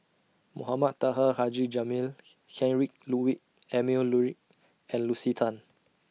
Mohamed Taha Haji Jamil Heinrich Ludwig Emil Luering and Lucy Tan